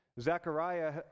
Zechariah